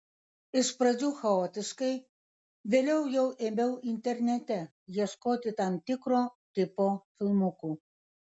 iš pradžių chaotiškai vėliau jau ėmiau internete ieškoti tam tikro tipo filmukų